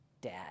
dad